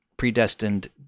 predestined